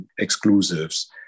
exclusives